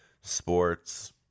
sports